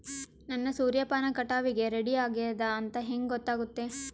ನನ್ನ ಸೂರ್ಯಪಾನ ಕಟಾವಿಗೆ ರೆಡಿ ಆಗೇದ ಅಂತ ಹೆಂಗ ಗೊತ್ತಾಗುತ್ತೆ?